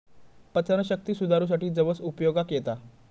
पचनशक्ती सुधारूसाठी जवस उपयोगाक येता